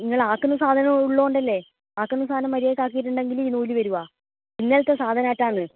നിങ്ങൾ ആക്കുന്ന സാധനം ഉള്ളോണ്ടല്ലേ ആക്കുന്ന സാധനം മര്യാദയ്ക്ക് ആക്കിയിട്ടുണ്ടെങ്കിൽ ഈ നൂൽ വരുമോ ഇന്നലത്തെ സാധനമായിട്ടാണ്